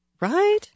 Right